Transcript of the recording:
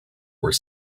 were